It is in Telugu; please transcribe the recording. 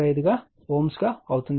25 Ω అవుతుంది